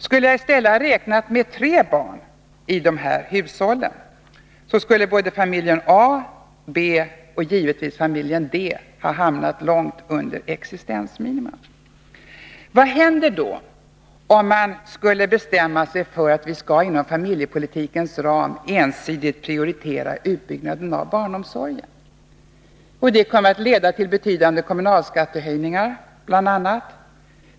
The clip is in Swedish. Skulle jag i stället ha räknat med tre barn i de här hushållen, hade både familjen A och familjen B, liksom givetvis också familjen D, hamnat långt under existensminimum. Vad händer då, om man skulle bestämma sig för att vi inom familjepolitikens ram ensidigt skall prioritera utbyggnaden av barnomsorgen? Jo, det kommer bl.a. att leda till betydande kommunalskattehöjningar.